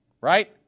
right